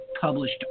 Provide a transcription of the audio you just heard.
Published